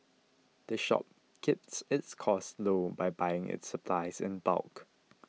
the shop keeps its costs low by buying its supplies in bulk